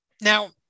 Now